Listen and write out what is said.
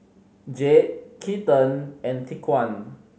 Jayde Keaton and Tyquan